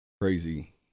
crazy